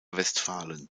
westfalen